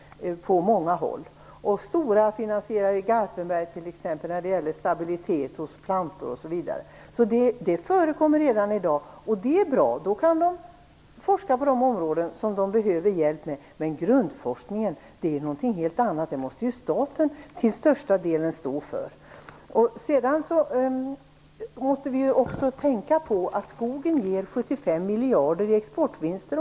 Stora finansierar t.ex. i Garpenberg när det gäller stabilitet hos plantor. Sådant förekommer alltså redan i dag. Det är bra, för då kan man forska på områden där hjälp behövs. Men grundforskningen är något helt annat. Den måste staten till största delen stå för. Vidare måste vi betänka att skogen ger 75 miljarder per år i exportvinster.